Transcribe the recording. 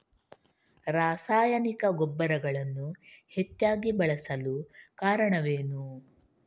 ರಾಸಾಯನಿಕ ಗೊಬ್ಬರಗಳನ್ನು ಹೆಚ್ಚಾಗಿ ಬಳಸಲು ಕಾರಣವೇನು?